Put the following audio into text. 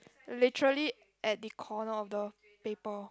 literally at the corner of the paper